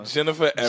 Jennifer